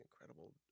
incredible